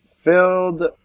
filled